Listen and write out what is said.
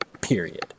period